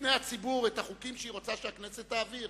בפני הציבור את החוקים שהיא רוצה שהכנסת תעביר?